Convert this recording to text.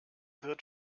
wird